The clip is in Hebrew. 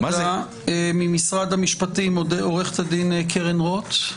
ממשרד המשפטים: עורכת הדין קרן רוט,